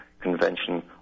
Convention